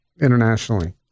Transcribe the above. internationally